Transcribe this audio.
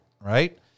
right